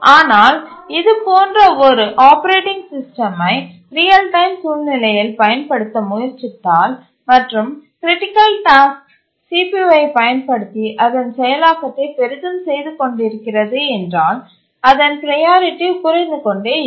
ஆனால் இதுபோன்ற ஒரு ஆப்பரேட்டிங் சிஸ்டமை ரியல் டைம் சூழ்நிலையில் பயன்படுத்த முயற்சித்தால் மற்றும் கிரிட்டிக்கல் டாஸ்க் CPUஐப் பயன்படுத்தி அதன் செயலாக்கத்தை பெரிதும் செய்து கொண்டிருக்கிறது என்றால் அதன் ப்ரையாரிட்டி குறைந்து கொண்டே இருக்கும்